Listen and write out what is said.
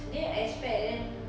didn't expect then